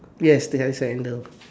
yes there is a handle